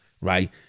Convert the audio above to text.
right